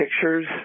pictures